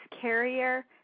Carrier